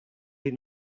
les